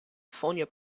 ffonio